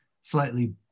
slightly